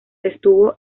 estuvo